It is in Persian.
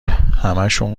همهشون